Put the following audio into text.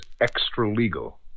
extra-legal